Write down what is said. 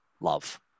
love